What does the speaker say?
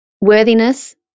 worthiness